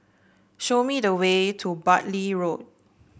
show me the way to Bartley Road